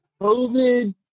COVID